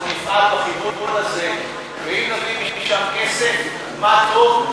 אנחנו נפעל בכיוון הזה, ואם נביא משם כסף, מה טוב.